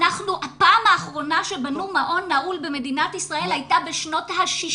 הפעם האחרונה שבנו מעון נעול במדינת ישראל הייתה בשנות ה-60.